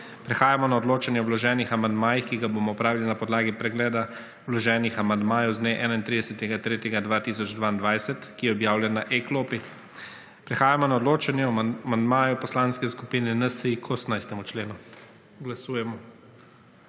Prehajamo na odločanje o vloženih amandmajih, ki ga bomo opravili na podlagi pregleda vloženih amandmajev z dne 31. 3. 2022, ki je objavljen na e-klopi. Prehajamo na odločanje o amandmaju Poslanske skupine NSi k 18. členu. Glasujemo.